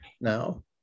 now